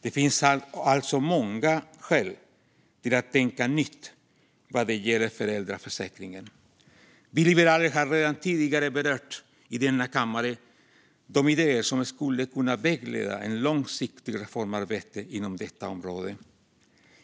Det finns alltså många skäl till att tänka nytt vad gäller föräldraförsäkringen. Vi liberaler har redan tidigare i denna kammare berört de idéer som skulle kunna vägleda ett långsiktigt reformarbete inom detta område.